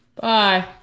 Bye